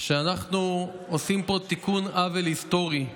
שאנחנו עושים פה תיקון עוול היסטורי,